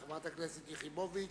חברת הכנסת יחימוביץ.